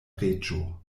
reĝo